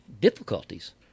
difficulties